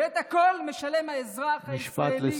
ואת הכול משלם האזרח הישראלי הקטן,